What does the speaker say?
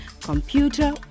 computer